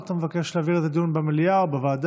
או שאתה מבקש להעביר את זה לדיון במליאה או בוועדה?